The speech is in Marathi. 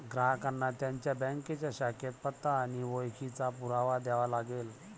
ग्राहकांना त्यांच्या बँकेच्या शाखेत पत्ता आणि ओळखीचा पुरावा द्यावा लागेल